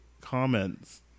comments